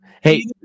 Hey